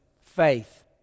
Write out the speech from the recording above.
Faith